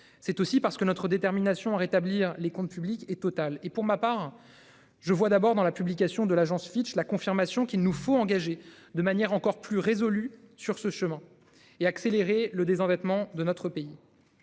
c'est aussi parce que notre détermination à rétablir les comptes publics et totale et pour ma part. Je vois d'abord dans la publication de l'agence Fitch la confirmation qu'il nous faut engager de manière encore plus résolu sur ce chemin et accélérer le désendettement de notre pays.